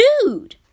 Dude